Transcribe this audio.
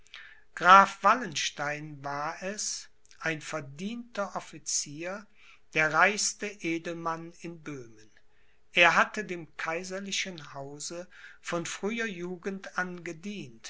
wallenstein war es ein verdienter officier der reichste edelmann in böhmen er hatte dem kaiserlichen hause von früher jugend